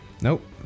Nope